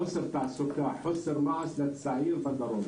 חוסר תעסוקה וחוסר מעש לצעירים בדרום.